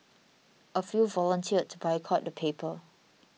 a few volunteered boycott the paper